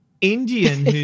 Indian